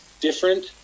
different